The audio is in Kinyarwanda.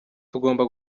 tugomba